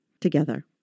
together